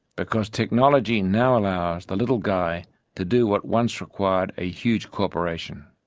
because technology now allows the little guy to do what once required a huge corporation.